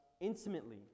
intimately